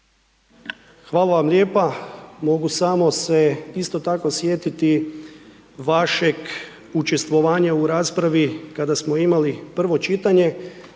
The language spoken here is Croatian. Hvala vam lijepa. Mogu samo se isto tako sjetiti vašeg učestvovanja u raspravi kada smo imali prvo čitanje,